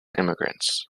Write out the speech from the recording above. immigrants